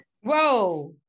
Whoa